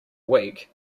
week